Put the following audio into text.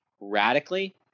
radically